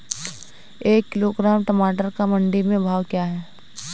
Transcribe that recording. एक किलोग्राम टमाटर का मंडी में भाव क्या है?